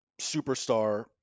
superstar